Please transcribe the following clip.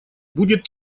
будет